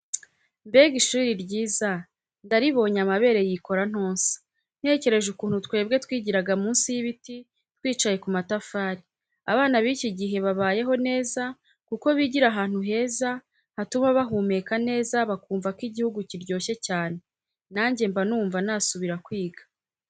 Mbega ishuri ryiza, ndaribonye amabere yikora ntonsa, ntekereje ukuntu twebwe twigiraga munsi y'ibiti twicaye ku matafari, abana b'iki gihe babayeho neza kuko bigira ahantu heza hatuma bahumeka neza bakumva ko igihugu kiryoshye cyane, nanjye mba numva nasubira kwiga.